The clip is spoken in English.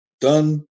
done